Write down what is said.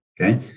Okay